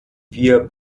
wir